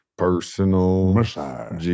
Personal